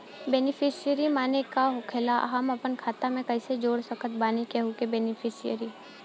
Beneficiary माने का होखेला और हम आपन खाता मे कैसे जोड़ सकत बानी केहु के बेनीफिसियरी?